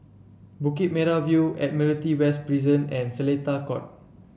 Bukit Merah View Admiralty West Prison and Seletar Court